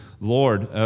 Lord